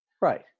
Right